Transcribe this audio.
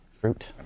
Fruit